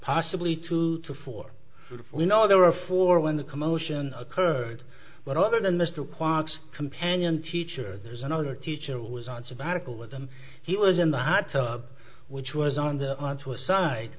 possibly two to four we know there are four when the commotion occurred but other than mr clarke's companion teacher there's another teacher was on sabbatical with them he was in the hot tub which was on the onto a side